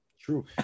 true